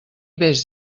vés